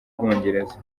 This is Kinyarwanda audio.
bwongereza